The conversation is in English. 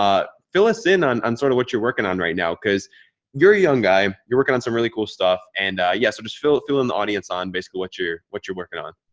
fill us in on on sort of what you're working on right now. cuz you're young guy. you're working on some really cool stuff. and yeah, so just fill up fill in the audience on basically what you're you're what you're working on.